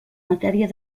matèria